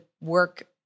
work